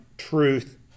truth